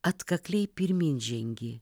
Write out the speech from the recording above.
atkakliai pirmyn žengi